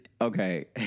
okay